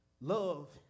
Love